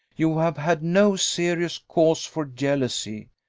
you have had no serious cause for jealousy.